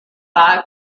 five